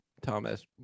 Thomas